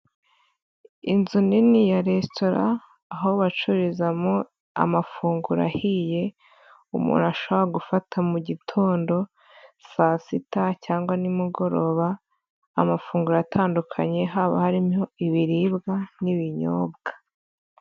Inzu nini ya resitora aho bacururizamo amafunguro ahiye, umuntu ashobora gufata mu gitondo, saa sita cyangwa nimugoroba, amafunguro atandukanye haba harimo ibiribwa n'ibinyobwa.